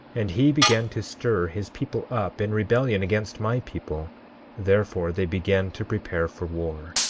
and he began to stir his people up in rebellion against my people therefore they began to prepare for war,